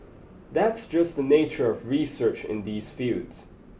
that's just the nature of research in these fields